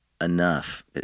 enough